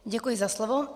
Děkuji za slovo.